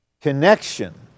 connection